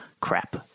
crap